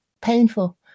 painful